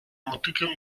motykę